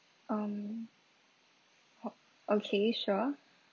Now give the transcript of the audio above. um o~ okay sure